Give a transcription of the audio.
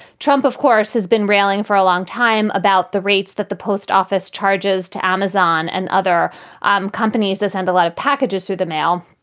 trump, of course, has been railing for a long time about the rates that the post office charges to amazon and other um companies that send a lot of packages through the mail.